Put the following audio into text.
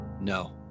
No